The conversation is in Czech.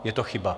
Je to chyba.